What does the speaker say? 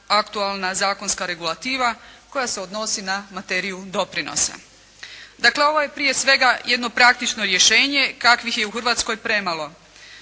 aktualna zakonska regulativa koja se odnosi na materiju doprinosa. Dakle, ovo je prije svega jedno praktično rješenje, kakvih je u Hrvatskoj premalo,